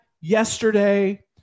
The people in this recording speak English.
yesterday